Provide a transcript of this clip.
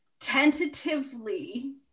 tentatively